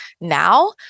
now